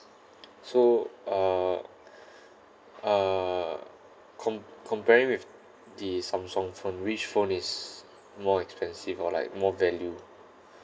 so uh uh com~ comparing with the Samsung phone which phone is more expensive or like more value